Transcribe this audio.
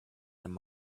him